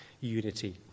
unity